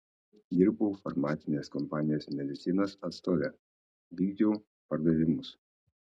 dirbau farmacinės kompanijos medicinos atstove vykdžiau pardavimus